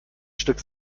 stück